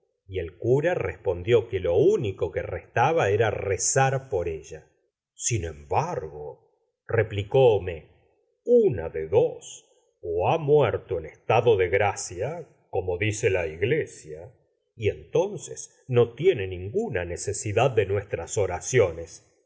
y el cura respondió que lo único que restaba era rezar por ella sin embargo replicó homais una de dos ó ha muerto en estado de gracia como dice la iglesia y entonces no tiene ninguna necesidad de nuestras oraciones